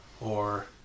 or-